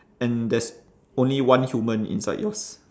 and there's only one human inside yours